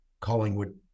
Collingwood